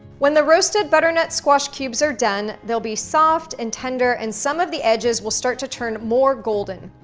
when the roasted butternut squash cubes are done, they'll be soft and tender and some of the edges will start to turn more golden.